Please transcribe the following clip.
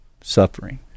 suffering